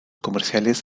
comerciales